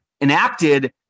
enacted